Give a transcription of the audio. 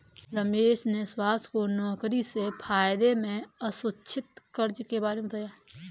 महेश ने सुभाष को नौकरी से फायदे में असुरक्षित कर्ज के बारे में भी बताया